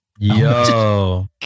Yo